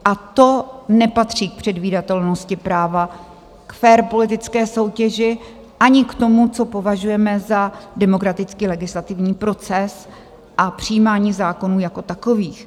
A to nepatří k předvídatelnosti práva, k fér politické soutěži ani k tomu, co považujeme za demokratický legislativní proces a přijímání zákonů jako takových.